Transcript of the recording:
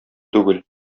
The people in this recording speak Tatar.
түгел